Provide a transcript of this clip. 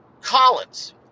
Collins